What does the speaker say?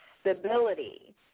stability